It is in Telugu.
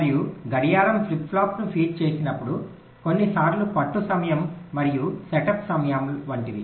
మరియు గడియారం ఫ్లిప్ ఫ్లాప్ను ఫీడ్ చేసినప్పుడు కొన్నిసార్లు పట్టు సమయం మరియు సెటప్ సమయాలు వంటివి